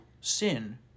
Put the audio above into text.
sin